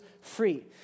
free